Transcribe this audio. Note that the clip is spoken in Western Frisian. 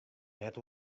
net